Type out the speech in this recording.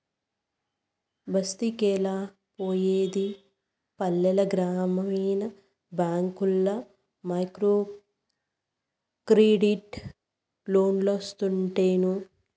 బస్తికెలా పోయేది పల్లెల గ్రామీణ బ్యాంకుల్ల మైక్రోక్రెడిట్ లోన్లోస్తుంటేను